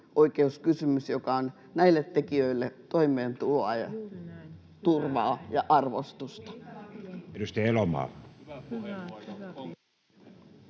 tekijänoikeuskysymys, joka tuo näille tekijöille toimeentuloa, turvaa ja arvostusta.